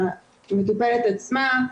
המטופלת עצמה,